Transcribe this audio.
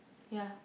ya